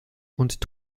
und